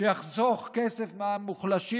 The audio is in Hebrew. שיחסוך כסף מהמוחלשים,